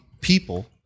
people